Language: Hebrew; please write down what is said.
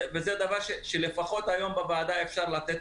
וזה דבר שלפחות היום בוועדה אפשר לתת